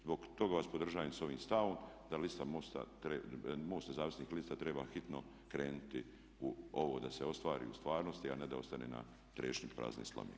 Zbog toga vas podržavam s ovim stavom da MOST nezavisnih lista treba hitno krenuti u ovo da se ostvari u stvarnosti a ne da ostane na trešnji prazne slame.